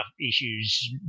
issues